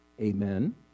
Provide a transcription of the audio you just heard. Amen